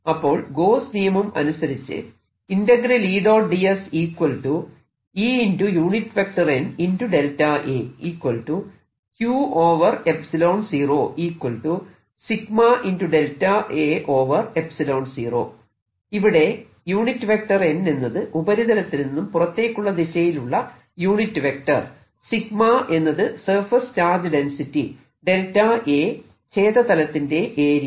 അപ്പോൾ ഗോസ്സ് നിയമം അനുസരിച്ച് ഇവിടെ n എന്നത് ഉപരിതലത്തിൽ നിന്നും പുറത്തേക്കുള്ള ദിശയിലുള്ള യൂണിറ്റ് വെക്റ്റർ എന്നത് സർഫേസ് ചാർജ് ഡെൻസിറ്റി Δa എന്നത് ഛേദ തലത്തിന്റെ ഏരിയ